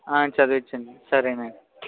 చదివిచ్చండి సరేనండి